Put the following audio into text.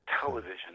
television